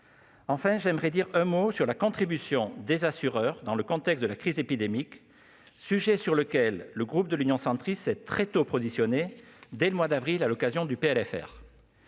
Enfin, j'aimerais dire un mot sur la contribution des assureurs dans le contexte de la crise épidémique, sujet sur lequel le groupe Union Centriste s'est positionné très tôt, dès le mois d'avril dernier à l'occasion de